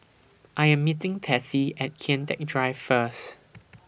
I Am meeting Tessie At Kian Teck Drive First